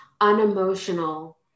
unemotional